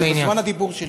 זה בזמן הדיבור שלי.